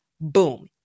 Boom